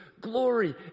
glory